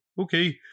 okay